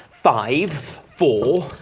five, four,